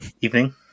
Evening